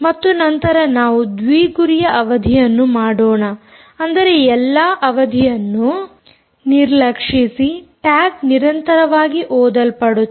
ಮತ್ತು ನಂತರ ನಾವು ದ್ವಿ ಗುರಿಯ ಅವಧಿಯನ್ನು ಮಾಡೋಣ ಅಂದರೆ ಎಲ್ಲಾ ಅವಧಿಯನ್ನು ನಿರ್ಲಕ್ಷಿಸಿ ಟ್ಯಾಗ್ ನಿರಂತರವಾಗಿ ಓದಲ್ಪಡುತ್ತದೆ